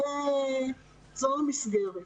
זו המסגרת.